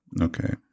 Okay